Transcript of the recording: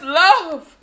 love